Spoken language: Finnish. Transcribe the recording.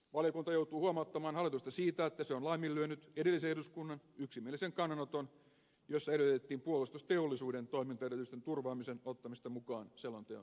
valiokunta joutuu huomauttamaan hallitusta siitä että se on laiminlyönyt edellisen eduskunnan yksimielisen kannanoton jossa edellytettiin puolustusteollisuuden toimintaedellytysten turvaamisen ottamista mukaan selonteon tarkasteluun